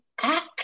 act